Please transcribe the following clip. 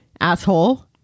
asshole